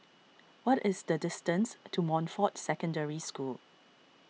what is the distance to Montfort Secondary School